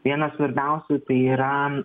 vienas svarbiausių tai yra